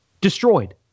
Destroyed